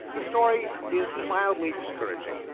the story is mildly discouraging.